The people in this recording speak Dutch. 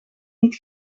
niet